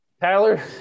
Tyler